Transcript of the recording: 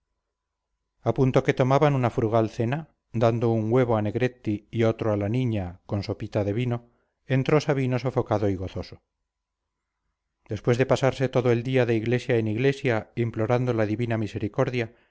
punto que tomaban una frugal cena dando un huevo a negretti y otro a la niña con sopita de vino entró sabino sofocado y gozoso después de pasarse todo el día de iglesia en iglesia implorando la divina misericordia